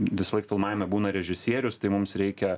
visąlaik filmavime būna režisierius tai mums reikia